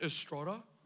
Estrada